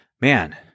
man